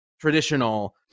traditional